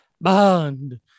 Bond